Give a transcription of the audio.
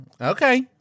okay